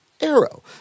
Arrow